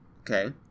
Okay